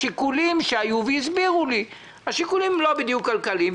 השיקולים שהיו, והסבירו לי, הם לא בדיוק כלכליים.